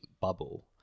bubble